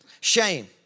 Shame